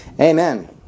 Amen